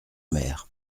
mer